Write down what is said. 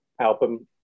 album